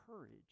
courage